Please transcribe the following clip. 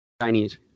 Chinese